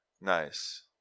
Nice